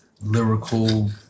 lyrical